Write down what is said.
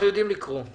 אנחנו יודעים לקרוא.